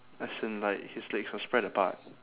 as in like his legs are spread apart